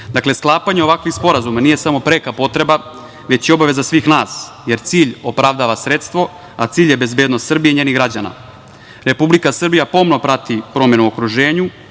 sklapanje ovakvih sporazuma nije samo preka potreba već i obaveza svih nas, jer cilj opravdava sredstvo, a cilj je bezbednost Srbije i njenih građana. Republika Srbija pomno prati promene u okruženju